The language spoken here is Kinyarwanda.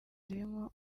zirimo